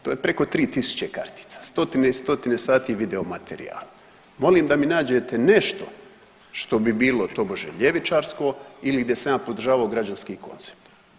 To je preko 3000 kartica, stotine i stotine sati video materijala, molim da mi nađete nešto što bi bilo tobože ljevičarsko ili da sam ja podržavao građanski koncept.